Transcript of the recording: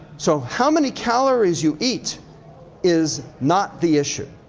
so, how many calories you eat is not the issue.